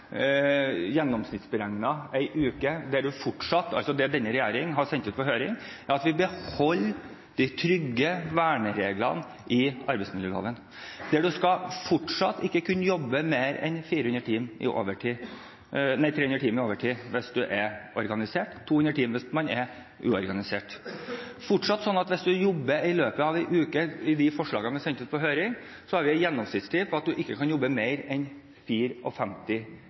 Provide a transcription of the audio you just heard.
uke – det denne regjering har sendt ut på høring – beholder man ikke de trygge vernereglene i arbeidsmiljøloven, der man fortsatt ikke skal kunne jobbe mer enn 300 timer overtid hvis man er organisert, og 200 timer hvis man er uorganisert. Det er fortsatt sånn at man i løpet av en uke – etter de forslagene vi har sendt ut på høring – ikke kan jobbe mer enn 54 timer i gjennomsnitt. Det vi